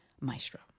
maestro